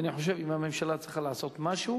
ואני חושב שאם הממשלה צריכה לעשות משהו,